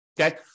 Okay